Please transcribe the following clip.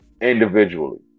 Individually